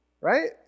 right